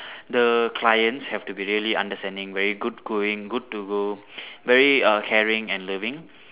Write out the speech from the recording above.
the clients have to be really understanding very good going good to go very err caring and loving